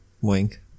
Wink